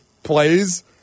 Plays